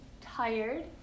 Tired